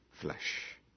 flesh